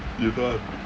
you got